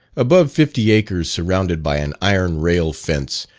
above fifty acres surrounded by an iron rail fence,